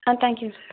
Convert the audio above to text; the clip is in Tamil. ஆ தேங்க்யூங்க சார்